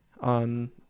on